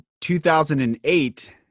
2008